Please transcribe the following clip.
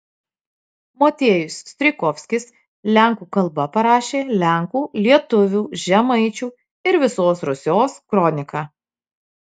motiejus strijkovskis lenkų kalba parašė lenkų lietuvių žemaičių ir visos rusios kroniką